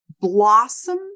blossom